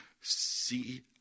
see